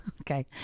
Okay